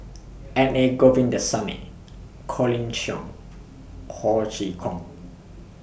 N A Govindasamy Colin Cheong Ho Chee Kong